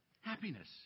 happiness